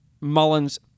Mullins